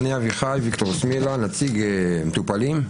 שמי אביחי ויקטור סמילה, נציג מטופלים.